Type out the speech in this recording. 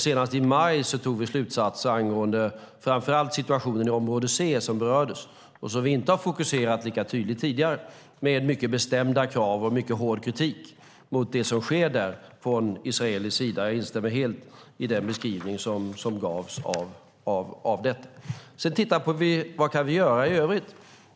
Senast i maj antog vi slutsatser angående framför allt situationen i område C, som berördes och som vi inte har fokuserat lika tydligt på tidigare, med mycket bestämda krav och mycket hård kritik mot det som sker där från israelisk sida. Jag instämmer helt i den beskrivning som gavs av detta. Vad kan vi göra i övrigt?